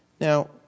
Now